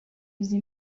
uzi